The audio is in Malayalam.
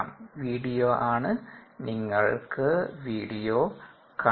വീഡിയോ ആണ് നിങ്ങൾക്ക് വീഡിയോ കാണാം